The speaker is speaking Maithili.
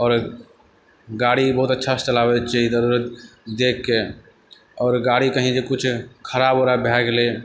आओर गाड़ी बहुत अच्छासँ चलाबै छियै इधर उधर देखकऽ आओर गाड़ी जब कहीं कुछ खराब उराब भए गेलै